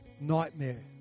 nightmare